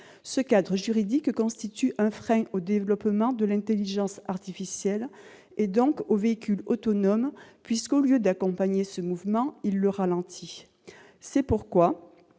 Ce cadre juridique constitue un frein au développement de l'intelligence artificielle, et donc du véhicule autonome, puisqu'au lieu d'accompagner ce mouvement, il le ralentit. C'est pourquoi